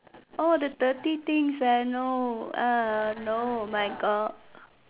all the dirty things I know ah no my God